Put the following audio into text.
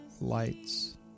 lights